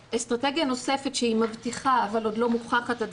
אסטרטגיה נוספת שהיא מבטיחה אבל עוד לא מוכחת עד